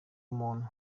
umuntu